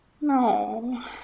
no